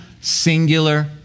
singular